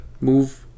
move